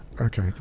Okay